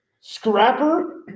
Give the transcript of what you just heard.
Scrapper